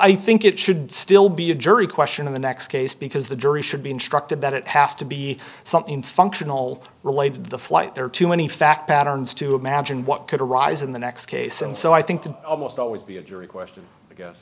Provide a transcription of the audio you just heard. i think it should still be a jury question in the next case because the jury should be instructed that it has to be something functional related to the flight there are too many fact patterns to imagine what could arise in the next case and so i think that almost always be a jury question